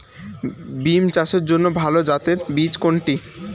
বিম চাষের জন্য ভালো জাতের বীজ কোনটি?